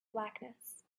blackness